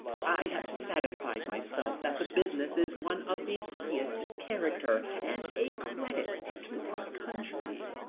i have satisfied myself that the business is one of the highest character and a credit to our country.